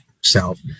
self